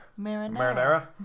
marinara